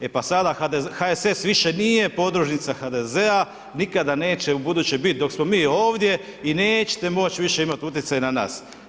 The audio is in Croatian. E pa sada, HSS više nije podružnica HDZ-a, nikada neće ubuduće biti dok smo mi ovdje, i nećete moć' više imati utjecaj na nas.